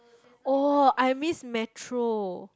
oh I miss Metro